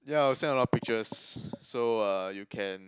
yeah I'll send a lot pictures so uh you can